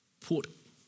put